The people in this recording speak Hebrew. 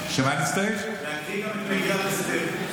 ומתן, לדעתי אתה תצטרך להקריא גם את מגילת אסתר.